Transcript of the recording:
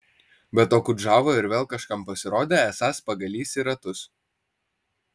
bet okudžava ir vėl kažkam pasirodė esąs pagalys į ratus